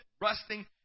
rusting